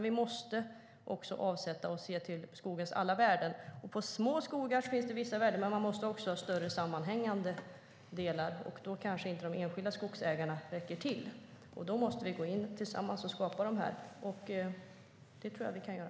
Vi måste se till skogens alla värden. Med små skogar finns det vissa värden, men vi måste också ha större sammanhängande delar. Här räcker kanske inte de enskilda skogsägarna till. Då måste vi gå in tillsammans och skapa dem, och det tror jag att vi kan göra.